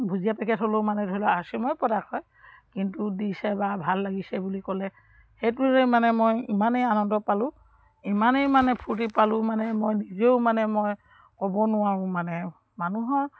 ভুজিয়া packet হ'লেও মানে ধৰি লওৰ আৰ চি এমৰে প্ৰডাক্ট হয় কিন্তু দিছে বা ভাল লাগিছে বুলি ক'লে সেইটোৰে মানে মই ইমানেই আনন্দ পালোঁ ইমানেই মানে ফূৰ্তি পালোঁ মানে মই নিজেও মানে মই ক'ব নোৱাৰোঁ মানে মানুহৰ